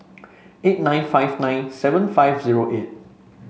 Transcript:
eight nine five nine seven five zero eight